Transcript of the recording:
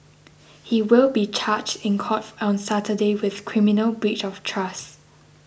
he will be charged in cough on Saturday with criminal breach of trust